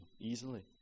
easily